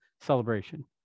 Celebration